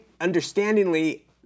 understandingly